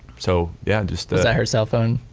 so yeah, just is that her cell phone?